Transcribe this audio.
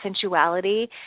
sensuality